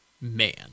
man